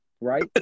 right